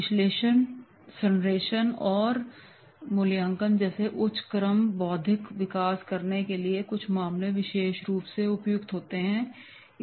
विश्लेषण संश्लेषण और मूल्यांकन जैसे उच्च क्रम बौद्धिक विकास करने के लिए कुछ मामले विशेष रूप से उपयुक्त हो सकते हैं